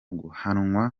guhanwa